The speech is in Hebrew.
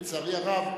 לצערי הרב,